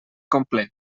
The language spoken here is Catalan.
complet